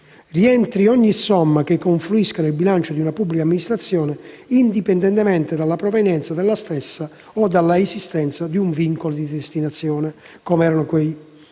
rientri ogni somma che confluisca nel bilancio di una pubblica amministrazione, indipendentemente dalla provenienza della stessa o dall'esistenza di un vincolo di destinazione (com'era per quei